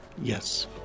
yes